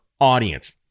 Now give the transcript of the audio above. audience